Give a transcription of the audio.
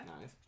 Nice